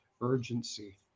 urgency